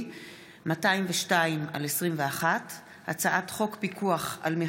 צעת חוק פ/202/21 וכלה בהצעת חוק פ/553/21: הצעת